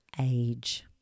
age